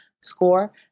score